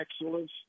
excellence